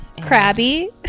Crabby